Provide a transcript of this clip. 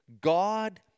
God